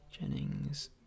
Jennings